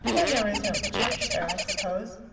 and there is no church there, i suppose.